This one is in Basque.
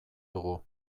dugu